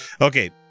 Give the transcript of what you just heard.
Okay